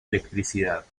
electricidad